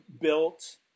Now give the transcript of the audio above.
built